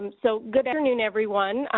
um so good afternoon everyone.